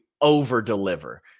over-deliver